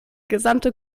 gesamte